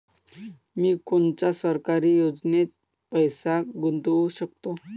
मी कोनच्या सरकारी योजनेत पैसा गुतवू शकतो?